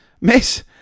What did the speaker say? Miss